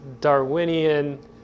Darwinian